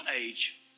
age